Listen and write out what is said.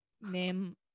name